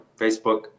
Facebook